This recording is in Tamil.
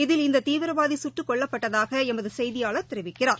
இதில் இந்ததீவிரவாதிசுட்டுக்கொல்லப்பட்டதாகளமதுசெய்தியாளர் தெரிவிக்கிறார்